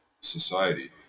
society